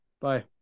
bye